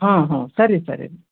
ಹಾಂ ಹಾಂ ಸರಿ ಸರಿ